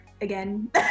again